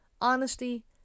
honesty